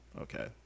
okay